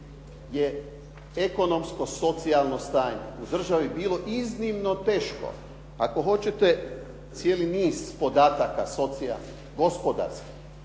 je ekonomsko socijalno stanje u državi bilo iznimno teško. Ako hoćete cijeli niz podataka socijalnih, gospodarskih